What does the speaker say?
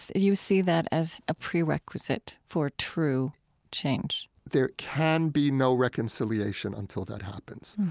you see that as a prerequisite for true change? there can be no reconciliation until that happens.